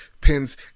pins